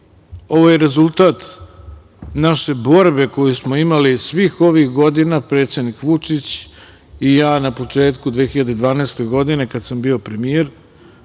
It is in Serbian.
Ovo je rezultat naše borbe koju smo imali svih ovih godina, predsednik Vučić i ja na početku 2012. godine kada sam bio premijer,